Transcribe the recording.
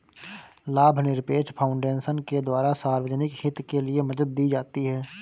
लाभनिरपेक्ष फाउन्डेशन के द्वारा सार्वजनिक हित के लिये मदद दी जाती है